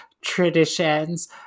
traditions